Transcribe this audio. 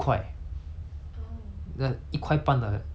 increment 而已 like 没有用的 but then like